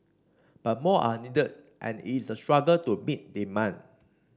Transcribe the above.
but more are needed and it is a struggle to meet demand